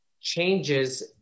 changes